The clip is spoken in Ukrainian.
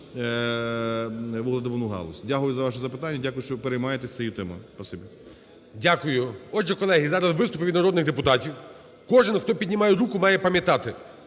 вугледобувну галузь. Дякую за ваше запитання. Дякую, що ви переймаєтеся цією темою. Спасибі. ГОЛОВУЮЧИЙ. Дякую. Отже, колеги, зараз виступити від народних депутатів. Кожен, хто піднімає руку, має пам'ятати,